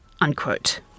Unquote